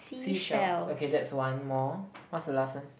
seashells okay that's one more what's the last one